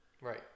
Right